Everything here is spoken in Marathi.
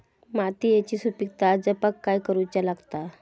मातीयेची सुपीकता जपाक काय करूचा लागता?